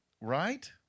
right